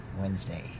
Wednesday